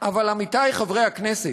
אבל עמיתי חברי הכנסת,